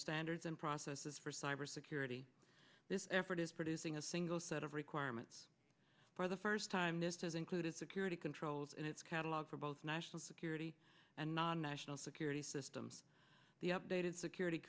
standards and processes for cyber security this effort is producing a single set of requirements for the first time this does include a security controls and it's catalog for both national security and non national security system the updated security